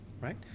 right